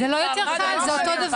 זה לא יותר קל, זה אותו דבר.